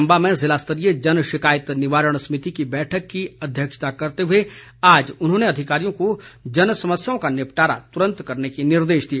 चंबा में ज़िला स्तरीय जनशिकायत निवारण समिति की बैठक की अध्यक्षता करते हुए आज उन्होंने अधिकारियों को जनसमस्याओं का निपटारा तुरंत करने के निर्देश दिए